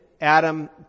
Adam